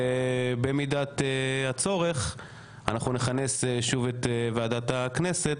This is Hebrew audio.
ובמידת הצורך אנחנו ניכנס שוב את ועדת הכנסת,